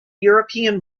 european